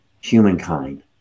humankind